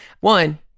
One